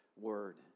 word